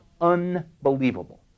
unbelievable